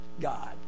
God